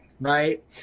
Right